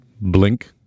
Blink